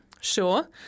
Sure